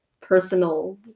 personal